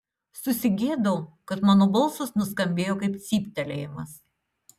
susigėdau kad mano balsas nuskambėjo kaip cyptelėjimas